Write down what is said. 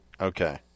Okay